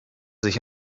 sich